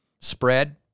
spread